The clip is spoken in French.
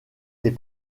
les